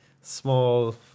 small